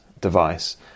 device